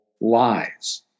lies